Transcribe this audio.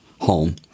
home